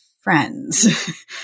friends